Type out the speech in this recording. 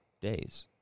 days